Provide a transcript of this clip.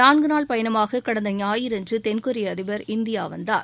நான்கு நாள் பயணமாக கடந்த ஞாயிறு அன்று தெள்கொரிய அதிபர் இந்தியா வந்தார்